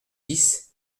dix